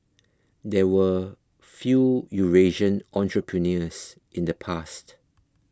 there were few Eurasian entrepreneurs in the past